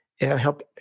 help